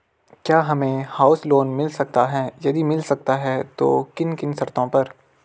क्या हमें house loan मिल सकता है यदि मिल सकता है तो किन किन शर्तों पर?